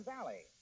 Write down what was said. Valley